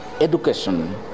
education